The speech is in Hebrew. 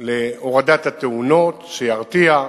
להורדת התאונות, שירתיע,